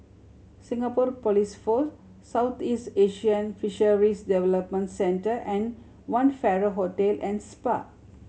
Singapore Police Force Southeast Asian Fisheries Development Center and One Farrer Hotel and Spa